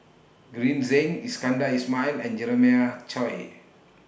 Green Zeng Iskandar Ismail and Jeremiah Choy